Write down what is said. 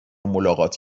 ملاقات